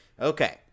Okay